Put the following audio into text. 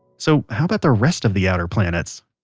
so how about the rest of the outer planets?